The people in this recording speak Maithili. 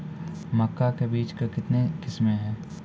मक्का के बीज का कितने किसमें हैं?